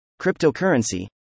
Cryptocurrency